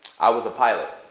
i was a pilot.